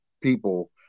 people